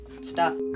stop